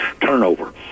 turnover